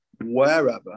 wherever